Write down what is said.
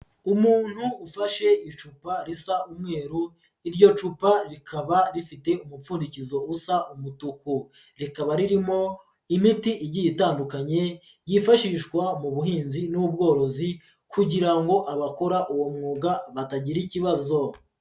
Umuntu ufashe icupa risa umweru, iryo cupa rikaba rifite umupfundikizo usa umutuku. Rikaba ririmo imiti igiye itandukanye, yifashishwa mu buhinzi n'ubworozi kugira ngo abakora uwo mwuga batagira ikibazo.